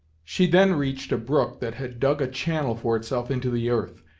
she then reached a brook that had dug a channel for itself into the earth,